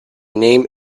name